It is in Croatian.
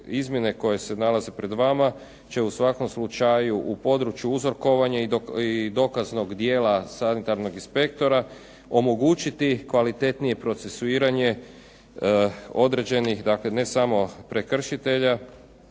izmjene koje se nalaze pred vama će u svakom slučaju u području uzorkovanje i dokaznog dijela sanitarnog inspektora omogućiti kvalitetnije procesuiranje određenih, dakle ne samo prekršitelja